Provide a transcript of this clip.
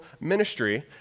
ministry